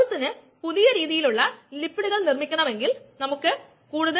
enzyme പ്രതിപ്രവർത്തനത്തിന്റെ kinetics നമുക്ക് ആവശ്യമാണെന്ന് നമ്മൾ പറഞ്ഞു